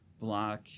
block